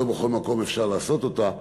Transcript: לא בכל מקום אפשר לעשות אותה.